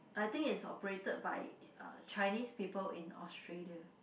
I think it's operated by uh Chinese people in Australia